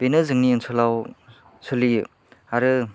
बेनो जोंनि ओनसोलाव सोलियो आरो